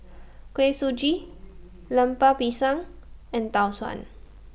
Kuih Suji Lemper Pisang and Tau Suan